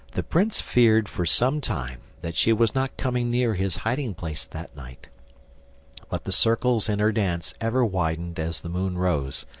the prince feared for some time that she was not coming near his hiding-place that night but the circles in her dance ever widened as the moon rose,